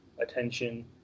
attention